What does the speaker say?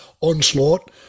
onslaught